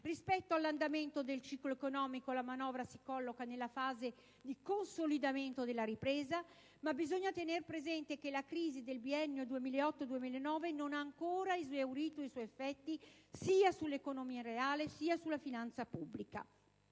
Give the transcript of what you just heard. Rispetto all'andamento del ciclo economico, la manovra si colloca nella fase di consolidamento della ripresa, ma bisogna tener presente che la crisi del biennio 2008-2009 non ha ancora esaurito i suoi effetti sia sull'economia reale sia sulla finanza pubblica.